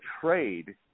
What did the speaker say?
trade